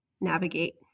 navigate